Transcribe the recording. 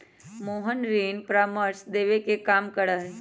मोहन ऋण परामर्श देवे के काम करा हई